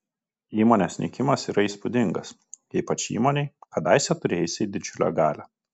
įmonės nykimas yra įspūdingas ypač įmonei kadaise turėjusiai didžiulę galią